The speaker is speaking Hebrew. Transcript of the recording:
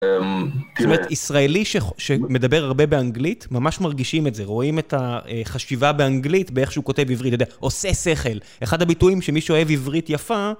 זאת אומרת, ישראלי שמדבר הרבה באנגלית, ממש מרגישים את זה, רואים את החשיבה באנגלית באיך שהוא כותב עברית, יודע, עושה שכל, אחד הביטויים שמי שאוהב עברית יפה...